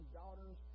daughters